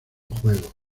juego